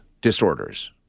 disorders